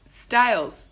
styles